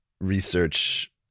research